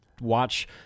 Watch